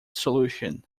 solution